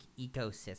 ecosystem